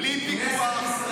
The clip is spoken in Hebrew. בלי פיקוח,